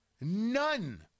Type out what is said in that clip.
None